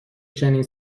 چنین